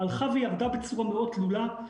הלכה וירדה בצורה מאוד תלולה.